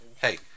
Hey